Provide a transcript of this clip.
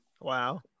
wow